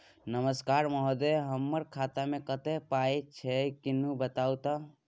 नमस्कार महोदय, हमर खाता मे कत्ते पाई छै किन्ने बताऊ त?